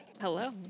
Hello